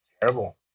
terrible